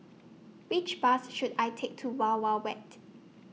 Which Bus should I Take to Wild Wild Wet